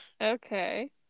Okay